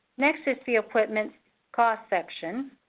next is the equipment cost section-before